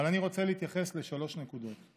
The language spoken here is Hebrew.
אבל אני רוצה להתייחס לשלוש נקודות.